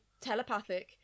telepathic